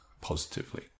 positively